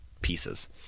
pieces